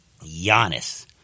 Giannis